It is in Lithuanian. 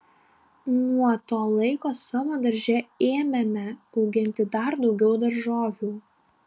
nuo to laiko savo darže ėmėme auginti dar daugiau daržovių